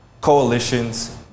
Coalition's